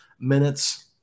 minutes